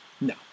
no